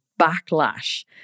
backlash